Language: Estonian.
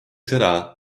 seda